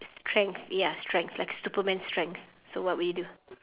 strength ya strength like superman strength so what would you do